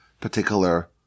particular